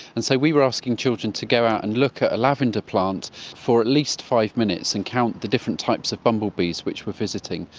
and so we were asking children to go out and look at a lavender plant for at least five minutes and count the different types of bumblebees which were visiting.